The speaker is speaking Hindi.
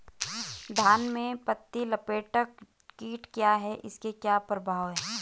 धान में पत्ती लपेटक कीट क्या है इसके क्या प्रभाव हैं?